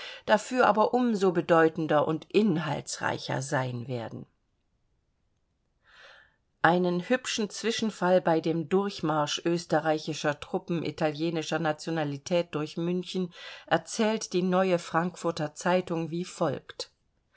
dafür aber um so bedeutender und inhaltsreicher sein werden einen hübschen zwischenfall bei dem durchmarsch österreicher truppen italienischer nationalität durch münchen erzählt die neue frankfurter zeitung wie folgt